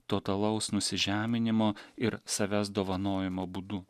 totalaus nusižeminimo ir savęs dovanojimo būdu